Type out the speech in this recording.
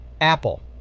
Apple